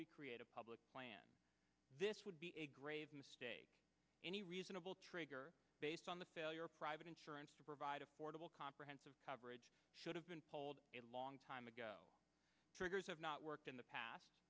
we create a public plan this would be a grave mistake any reasonable trigger based on the failure private insurance to provide affordable comprehensive coverage should have been told a long time ago triggers have not worked in the past